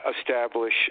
establish